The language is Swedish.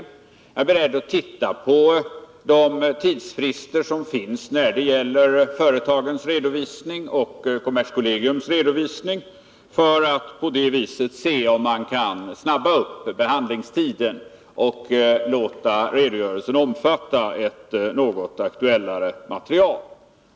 Jag är beredd att se på de tidsfrister som finns när det gäller företagens redovisning och kommerskollegiums redovisning för att på det viset se om man kan snabba upp behandlingen och låta redogörelsen omfatta ett något aktuellare material.